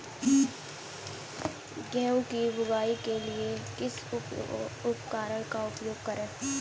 गेहूँ की बुवाई के लिए किस उपकरण का उपयोग करें?